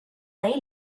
they